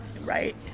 right